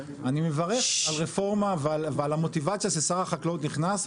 אני מברך על רפורמה ועל המוטיבציה ששר החקלאות נכנס,